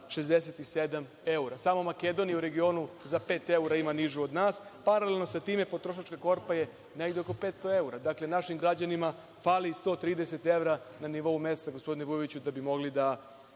367 evra. Samo Makedonija u regionu za pet evra ima nižu od nas. Paralelno sa time, potrošačka korpa je negde oko 500 evra. Dakle, našim građanima fali 130 evra na nivou meseca, gospodine Vujoviću, da bi mogli da